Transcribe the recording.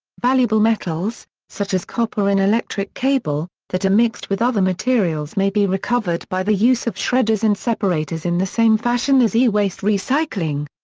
valuable metals, such as copper in electric cable, that are mixed with other materials may be recovered by the use of shredders and separators in the same fashion as e-waste recycling.